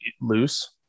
loose